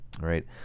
Right